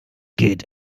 geht